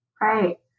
Right